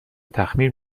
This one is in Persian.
تخمیر